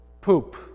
poop